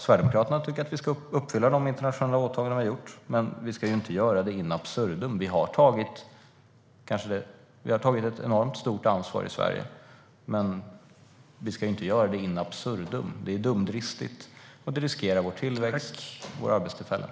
Sverigedemokraterna tycker att vi ska uppfylla de internationella åtaganden som vi har gjort. Sverige har tagit ett enormt stort ansvar. Men vi ska inte göra det in absurdum. Det är dumdristigt, och det riskerar vår tillväxt och våra arbetstillfällen.